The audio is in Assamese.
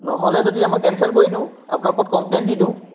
নহ'লে যদি মই কেঞ্চেল কৰি দিওঁ আপোন ওপৰত কমপ্লেইন দি দিওঁ